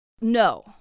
No